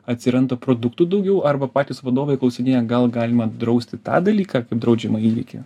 atsiranda produktų daugiau arba patys vadovai klausinėja gal galima drausti tą dalyką kaip draudžiamą įvykį